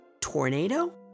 tornado